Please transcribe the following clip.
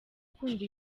ukunda